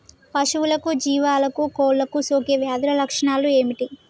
పశువులకు జీవాలకు కోళ్ళకు సోకే వ్యాధుల లక్షణాలు ఏమిటి?